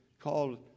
called